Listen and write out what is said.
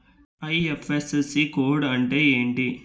IFSC code అంటే ఏంటి?